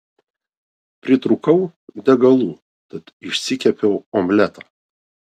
pritrūkau degalų tad išsikepiau omletą